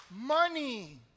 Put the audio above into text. money